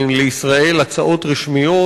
לישראל הצעות רשמיות,